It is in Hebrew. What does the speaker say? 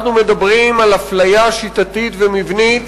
אנחנו מדברים על אפליה שיטתית ומבנית